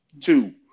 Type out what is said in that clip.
two